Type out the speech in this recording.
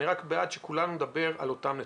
אני רק בעד זה שכולנו נדבר על אותם נתונים.